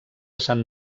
san